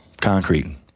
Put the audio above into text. concrete